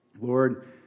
Lord